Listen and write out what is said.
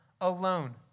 alone